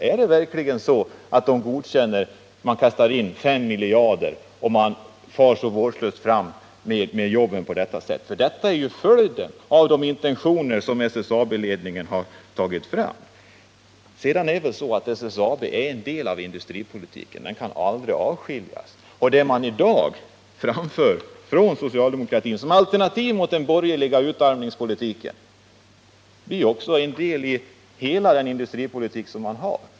Är det verkligen så att ni godkänner att man kastar in 5 miljarder i företaget, samtidigt som man går så vårdslöst fram med jobben som det talats om här? Det blir ju följden av de intentioner som SSAB-ledningen har gett till känna. Sedan vill jag också säga att frågan om SSAB är en del av industripolitiken. Den kan aldrig avskiljas från den. Och det man från socialdemokratiskt håll i dag framför som alternativ till den borgerliga utarmningspolitiken får ju därför ses som en del av den industripolitik som man vill driva.